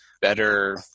better